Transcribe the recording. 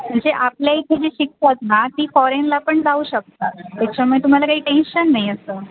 म्हणजे आपल्या इथे जे शिकतात ना ती फॉरेनला पण जाऊ शकतात त्याच्यामुळे तुम्हाला काही टेन्शन नाही असं